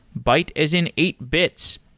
byte as in eight bits.